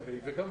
ה' ו',